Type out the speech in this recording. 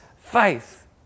faith